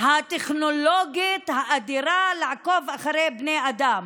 טכנולוגית אדירה לעקוב אחרי בני אדם,